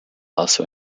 also